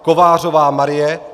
Kovářová Marie